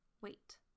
Wait